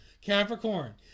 Capricorn